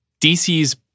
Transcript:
DC's